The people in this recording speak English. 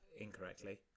incorrectly